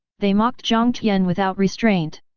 they mocked jiang tian without restraint.